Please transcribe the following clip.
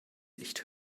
nicht